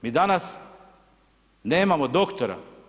Mi danas nemamo doktora.